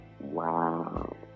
Wow